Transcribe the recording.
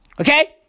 okay